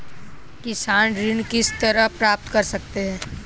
किसान ऋण किस तरह प्राप्त कर सकते हैं?